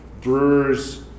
brewer's